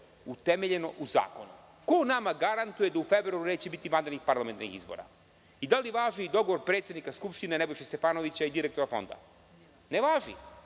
utemeljeno u zakonu. Ko nama garantuje da u februaru neće biti vanrednih parlamentarnih izbora? Ili, da li važi dogovor predsednika Skupštine, Nebojše Stefanovića i direktora Fonda? Ne važi.